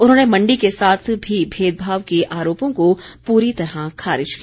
उन्होंने मण्डी के साथ भी भेदभाव के आरोपों को पूरी तरह खारिज किया